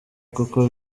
kuko